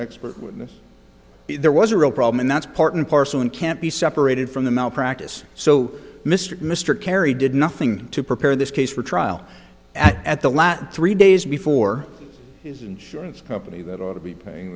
expert witness there was a real problem and that's part and parcel and can't be separated from the malpractise so mr mr kerry did nothing to prepare this case for trial at the last three days before his insurance company that ought to be paying